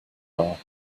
are